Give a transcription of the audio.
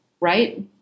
right